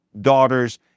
daughters